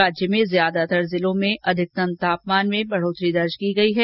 राज्य में ज्यादातर जिलों में अधिकतम तापमान में भी बढ़ोतरी दर्ज की गई है